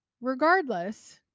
Regardless